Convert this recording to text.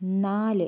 നാല്